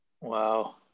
Wow